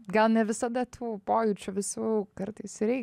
gal ne visada tų pojūčių visų kartais ir reikia